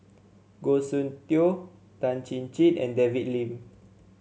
Goh Soon Tioe Tan Chin Chin and David Lim